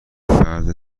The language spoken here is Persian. فرد